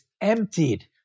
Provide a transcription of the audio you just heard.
emptied